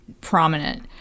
prominent